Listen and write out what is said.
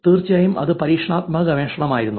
തീർച്ചയായും അത് പരീക്ഷണാത്മക ഗവേഷണമായിരുന്നു